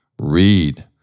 read